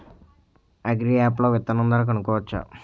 Agri app లో విత్తనం ధర కనుకోవచ్చా?